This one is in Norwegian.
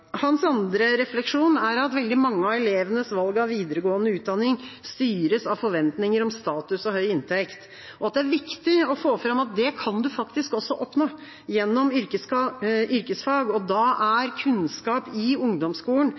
Hans andre refleksjon er at veldig mange av elevenes valg av videregående utdanning styres av forventninger om status og høy inntekt, og at det er viktig å få fram at det kan du faktisk også oppnå gjennom yrkesfag. Da er kunnskap i ungdomsskolen